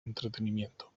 entretenimiento